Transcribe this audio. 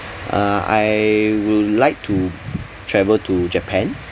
uh I would like to travel to japan